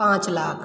पाँच लाख